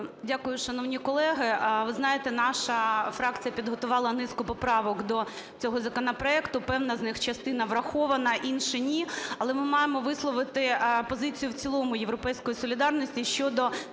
Дякую, шановні колеги. Ви знаєте, наша фракція підготувала низку поправок до цього законопроекту, певна з них частина врахована, інші – ні, але ми маємо висловити позицію в цілому "Європейської солідарності" щодо